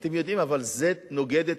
אתם יודעים, אבל זה נוגד את